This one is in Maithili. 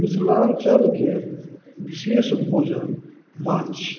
मिथिलाञ्चलके विशेष भोजन माछ छी